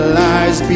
lies